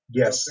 Yes